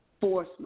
force